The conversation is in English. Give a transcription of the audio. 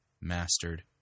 mastered